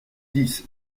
dix